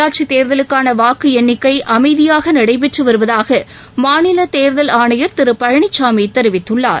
உள்ளாட்சிதேர்தலுக்கானவாக்குஎண்ணிக்கைஅமைதியாகநடைபெற்றுவருவதாகமாநிலதேர்தல் ஆணையர் திருபழனிசாமிதெரிவித்துள்ளார்